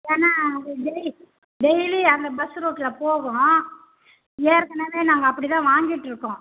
ஏன்னா அது daily daily அந்த பஸ் ரூட்டில் போகும் ஏற்கனவே நாங்கள் அப்படி தான் வாங்கிட்டுருக்கோம்